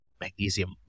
magnesium